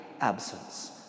absence